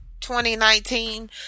2019